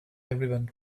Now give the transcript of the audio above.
everyone